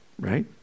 Right